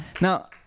Now